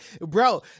bro